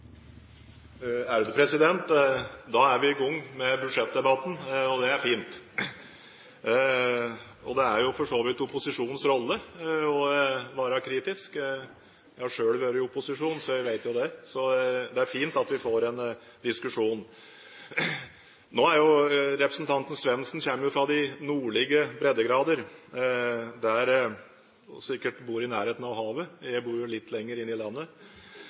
så vidt opposisjonens rolle å være kritisk. Jeg har selv vært i opposisjon, så jeg vet jo det. Så det er fint at vi får en diskusjon. Nå kommer representanten Svendsen fra de nordlige breddegrader. Han bor sikkert i nærheten av havet. Jeg bor litt lenger inn i landet.